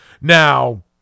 Now